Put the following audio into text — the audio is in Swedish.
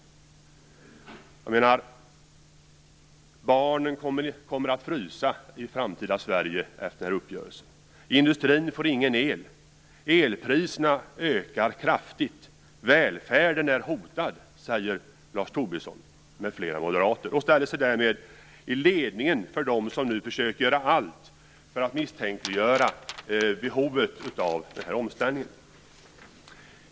Lars Tobisson m.fl. moderater säger t.ex. att barnen kommer att frysa i det framtida Sverige efter denna uppgörelse, att industrin inte får någon el, att elpriserna ökar kraftigt och att välfärden är hotad. De ställer sig därmed i ledningen för dem som nu försöker att göra allt för att misstänkliggöra behovet av omställningen.